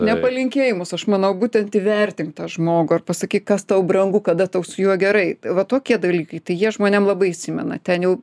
ne palinkėjimus aš manau būtent įvertink tą žmogų ar pasakyk kas tau brangu kada tau su juo gerai va tokie dalykai tai jie žmonėm labai įsimena ten jau